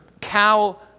cow